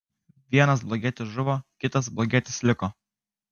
vienas blogietis žuvo kitas blogietis liko